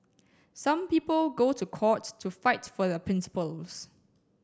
some people go to court to fight for their principles